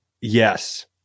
Yes